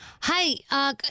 Hi